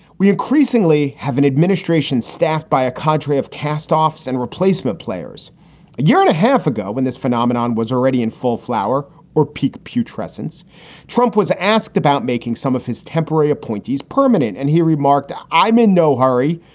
we increasingly have an administration staffed by a country of castoffs and replacement players. a year and a half ago when this phenomenon was already in full flower or peak putri, since trump was asked about making some of his temporary appointees permanent and he remarked, i'm in no hurry.